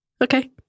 Okay